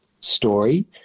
story